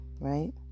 right